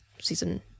season